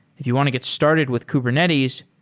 if you want to get started with kubernetes,